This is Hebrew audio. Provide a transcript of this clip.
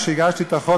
כשהגשתי את החוק,